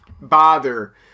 bother